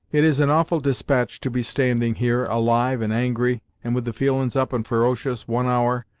it is an awful despatch to be standing here, alive and angry, and with the feelin's up and ferocious, one hour,